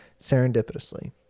serendipitously